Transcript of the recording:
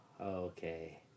okay